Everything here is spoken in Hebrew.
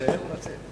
להישאר או לצאת?